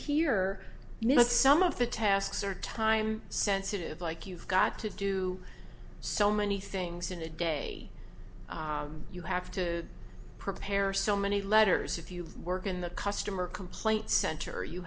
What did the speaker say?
know some of the tasks are time sensitive like you've got to do so many things in a day you have to prepare so many letters if you work in the customer complaint center